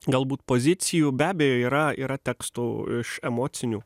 galbūt pozicijų be abejo yra yra tekstų iš emocinių